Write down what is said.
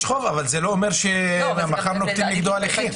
יש חוב אבל זה לא אומר שמחר נוקטים נגדו הליכים.